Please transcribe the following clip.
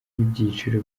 ibyiciro